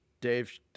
Dave